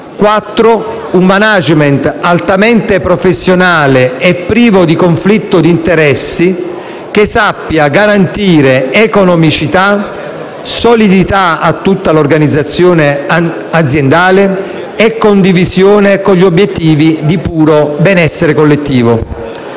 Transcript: un *management* altamente professionale e privo di conflitto di interessi che sappia garantire economicità, solidità a tutta l'organizzazione aziendale e condivisione con gli obiettivi di puro benessere collettivo.